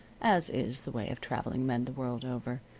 as is the way of traveling men the world over.